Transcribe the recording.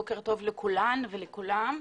בוקר טוב לכולן ולכולם.